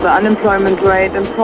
but unemployment rate and